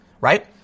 right